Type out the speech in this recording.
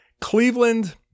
Cleveland